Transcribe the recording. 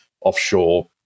offshore